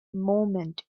moment